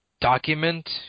document